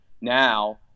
Now